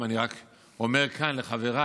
אני רק אומר כאן לחבריי